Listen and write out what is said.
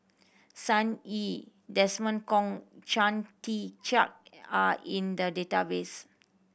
Sun Yee Desmond Kon Chia Tee Chiak are in the database